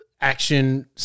action